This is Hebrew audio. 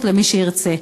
למי שירצה.